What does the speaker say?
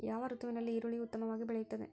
ಯಾವ ಋತುವಿನಲ್ಲಿ ಈರುಳ್ಳಿಯು ಉತ್ತಮವಾಗಿ ಬೆಳೆಯುತ್ತದೆ?